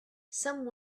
some